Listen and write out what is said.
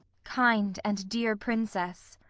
kind and dear princess!